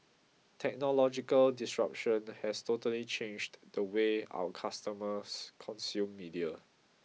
technological disruption has totally changed the way our customers consume media